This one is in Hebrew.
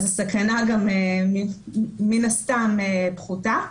אז גם הסכנה מן הסתם פחותה.